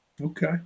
Okay